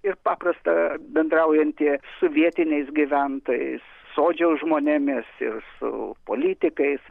ir paprasta bendraujantį su vietiniais gyventojais sodžiaus žmonėmis ir su politikais